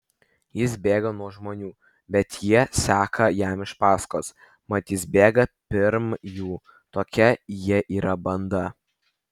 jis bėga nuo žmonių bet tie seka jam iš paskos mat jis bėga pirm jų tokia jie yra banda